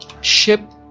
ship